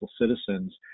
citizens